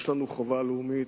יש לנו חובה לאומית,